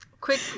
quick